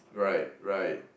right right